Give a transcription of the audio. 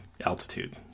altitude